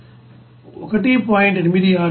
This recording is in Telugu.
86 కిలో మోల్ ఉంటుంది